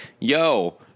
yo